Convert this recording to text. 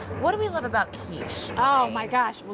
what do we love about quiche? my gosh.